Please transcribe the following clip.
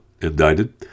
indicted